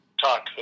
talk